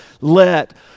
let